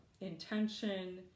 intention